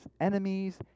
enemies